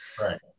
Right